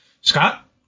Scott